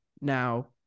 Now